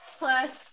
plus